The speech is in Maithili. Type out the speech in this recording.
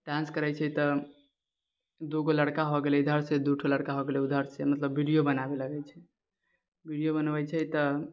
डान्स करै छै तऽ दुगो लड़का हो गेलै इधर सँ दुठो लड़का हो गेलै ऊधर सँ मतलब वीडियो बनाबे लगै छै वीडियो बनबै छै तऽ